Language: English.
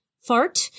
fart